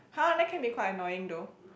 !huh! that can be quite annoying though